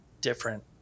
different